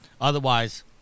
Otherwise